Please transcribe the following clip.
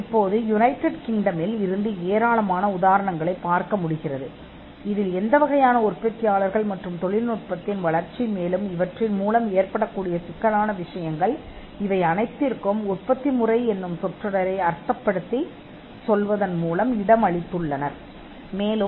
இப்போது யுனைடெட் கிங்டமில் இருந்து ஏராளமான வழக்குகள் உள்ளன இது எந்த வகையான உற்பத்தியாளர்கள் மற்றும் தொழில்நுட்பத்தின் வளர்ச்சிக்கு இடமளிக்க முடிந்தது மேலும் இந்த சொற்றொடரை உற்பத்தி செய்யும் முறையை விளக்குவதன் மூலம் அது வாங்கிய சிக்கல்கள்